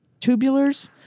tubulars